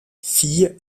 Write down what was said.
fille